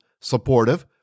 supportive